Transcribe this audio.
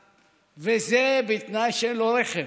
וזה בתנאי שאין לו רכב,